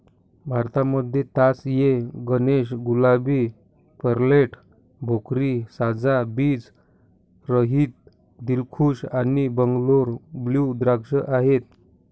भारतामध्ये तास ए गणेश, गुलाबी, पेर्लेट, भोकरी, साजा, बीज रहित, दिलखुश आणि बंगलोर ब्लू द्राक्ष आहेत